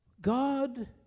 God